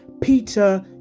Peter